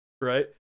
Right